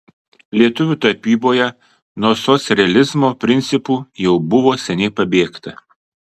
lietuvių tapyboje nuo socrealizmo principų jau buvo seniai pabėgta